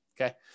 Okay